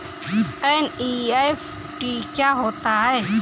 NEFT क्या होता है?